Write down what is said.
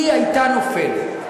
הייתה נופלת.